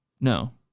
No